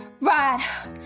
right